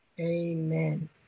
Amen